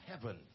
heaven